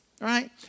Right